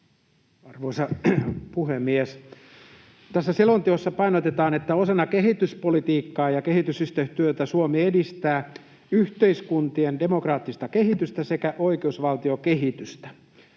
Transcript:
Arvoisa puhemies! Tässä selonteossa painotetaan, että osana kehityspolitiikkaa ja kehitysyhteistyötä Suomi edistää yhteiskuntien demokraattista kehitystä sekä oikeusvaltiokehitystä.